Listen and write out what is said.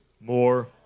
More